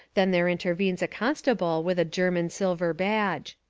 then there intervenes a constable with a ger man silver badge.